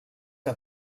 que